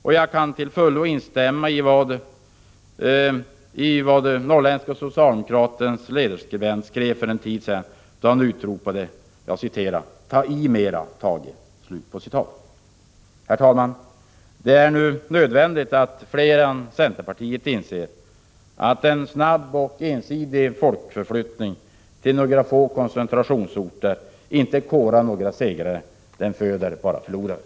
Och jag kan till fullo instämma i vad Norrländska Socialdemokratens ledarskribent skrev för en tid sedan då han utropade: ”Ta i mera, Thage!” Herr talman! Det är nu nödvändigt att fler än centerpartiet inser att en snabb och ensidig folkförflyttning till några få koncentrationsorter inte korar några segrare. Den föder bara förlorare.